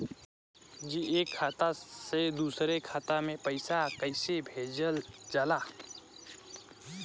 जी एक खाता से दूसर खाता में पैसा कइसे भेजल जाला?